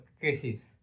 cases